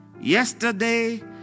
yesterday